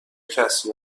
کسی